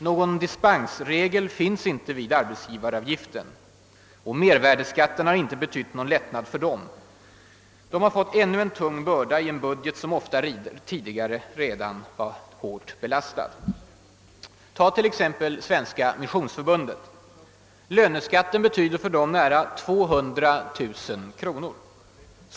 Någon dispensregel finns inte för arbetsgivaravgiften. Och medvärdeskatten har inte inneburit någon lättnad för dem. De har fått ännu en tung börda i en budget, som ofta redan tidigare var hårt belastad. Ta t.ex. Svenska missionsförbundet! Löneskatten betyder för det samfundet nära 200 000 kronor.